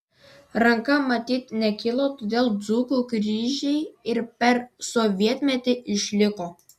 ranka matyt nekilo todėl dzūkų kryžiai ir per sovietmetį išliko